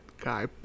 guy